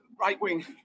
right-wing